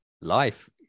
life